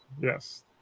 Yes